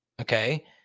Okay